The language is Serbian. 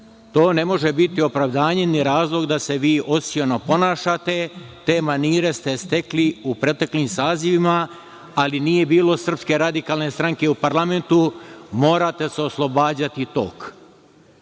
to ne može biti opravdanje ni razlog da se vi osiono ponašate, te manire ste stekli u proteklim sazivima, ali nije bilo SRS u parlamentu, morate se oslobađati tog.